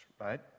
right